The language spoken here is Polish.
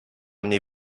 mnie